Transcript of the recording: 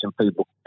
people